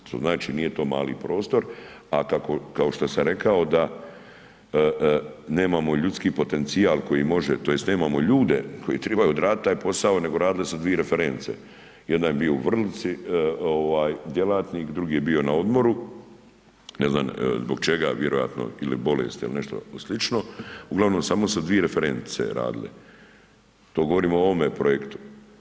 Što znači nije to mali prostor, a kako, kao što sam rekao da nemamo ljudski potencijal tj. nemamo ljude koji tribaju odraditi taj posao nego radile su dvije referentice, jedan je bio u Vrlici ovaj djelatnik, drugi je bio na odmoru, ne znam zbog čega ili bolesti ili nešto slično uglavnom samo su dvije referentice radile, to govorim o ovom projektu.